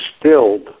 distilled